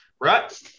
right